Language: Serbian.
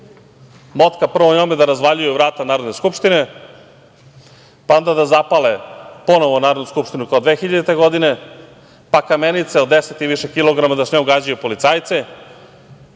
motka, prvo njom da razvaljuju vrata Narodne skupštine, pa onda da zapale ponovo Narodnu skupštinu kao 2000. godine, pa kamenice od 10 i više kilograma, da sa njom gađaju policajce.